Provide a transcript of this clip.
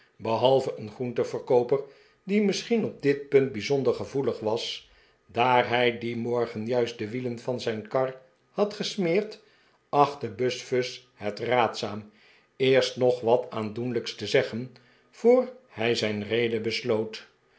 behalve een groenteverkooper die misschien op dit punt bijzonder gevoelig was daar hij dien morgen juist de wielen van zijn kar had gesmeerd achtte buzfuz het raadzaam eerst nog wat aandoenlijks te zeggen voor hij zijn rede besloot